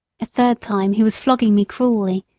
a third time he was flogging me cruelly,